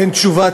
אין תשובת